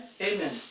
Amen